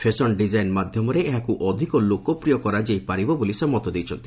fashion design ମାଧ୍ୟମରେ ଏହାକୁ ଅଧିକ ଲୋକପିୟ କରାଯାଇ ପାରିବ ବୋଲି ସେ ମତ ଦେଇଛନ୍ତି